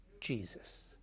Jesus